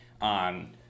on